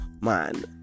Man